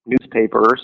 newspapers